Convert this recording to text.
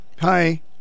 Hi